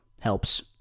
helps